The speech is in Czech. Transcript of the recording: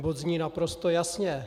Bod zní naprosto jasně.